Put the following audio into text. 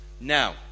Now